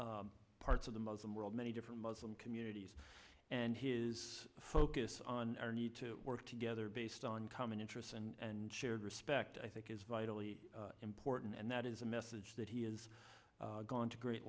large parts of the muslim world many different muslim communities and his focus on our need to work together based on common interests and shared respect i think is vitally important and that is a message that he has gone to great